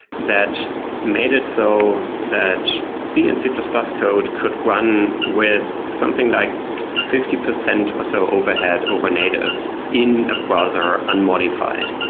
that made it so that c and c plus plus code could run with something like fifty percent or so overhead over native in a browser unmodified,